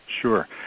Sure